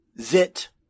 Zit